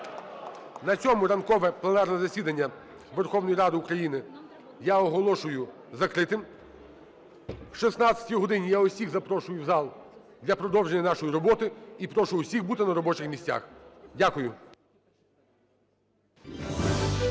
На цьому ранкове пленарне засідання Верховної Ради України я оголошую закритим. О 16 годині я всіх запрошую в зал для продовження нашої роботи. І прошу всіх бути на робочих місцях. Дякую.